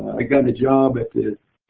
i got a job with the